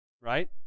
Right